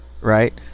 right